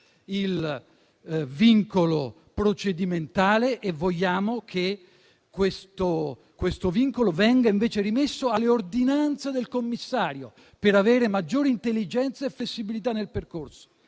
il vincolo procedimentale, che vogliamo invece venga rimesso alle ordinanze del commissario, per avere maggiore intelligenza e flessibilità nel percorso.